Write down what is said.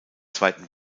zweiten